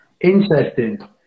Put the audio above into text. Interesting